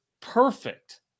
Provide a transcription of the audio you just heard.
perfect